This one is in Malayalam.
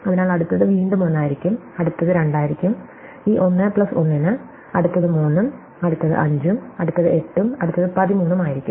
അതിനാൽ അടുത്തത് വീണ്ടും 1 ആയിരിക്കും അടുത്തത് 2 ആയിരിക്കും ഈ 1 പ്ലസ് 1 ന് അടുത്തത് 3 ഉം അടുത്തത് 5 ഉം അടുത്തത് 8 ഉം അടുത്തത് 13 ഉം ആയിരിക്കും